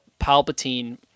Palpatine